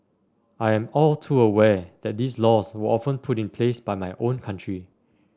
I am all too aware that these laws were often put in place by my own country